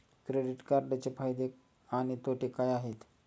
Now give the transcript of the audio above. Credit कार्डचे फायदे आणि तोटे काय आहेत?